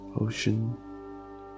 Ocean